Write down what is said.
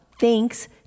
thanks